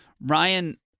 Ryan